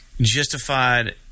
Justified